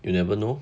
you never know